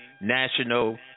national